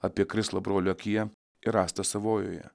apie krislą brolio akyje ir rąstą savojoje